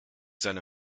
seine